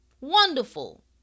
Wonderful